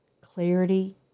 clarity